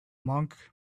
monk